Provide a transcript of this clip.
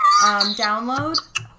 download